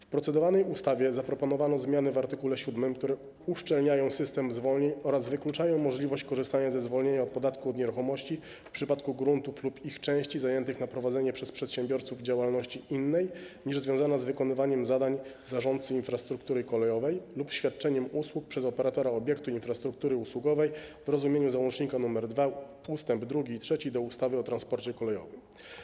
W procedowanej ustawie zaproponowano zmiany w art. 7, które uszczelniają system zwolnień oraz wykluczają możliwość korzystania ze zwolnienia od podatku od nieruchomości w przypadku gruntów lub ich części zajętych na prowadzenie przez przedsiębiorców działalności innej niż związana z wykonywaniem zadań zarządcy infrastruktury kolejowej lub świadczeniem usług przez operatora obiektu infrastruktury usługowej w rozumieniu załącznika nr 2 ust. 2 i 3 do ustawy o transporcie kolejowym.